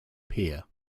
peer